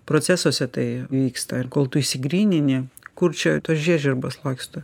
procesuose tai vyksta ir kol tu išsigrynini kur čia tos žiežirbos laksto